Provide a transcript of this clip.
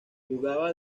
jugaba